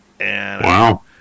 Wow